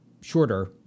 shorter